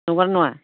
नंगौना नङा